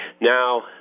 Now